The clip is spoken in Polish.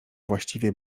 właściwie